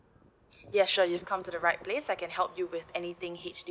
ya sure you come to the right place I can help you with anything